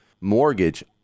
mortgage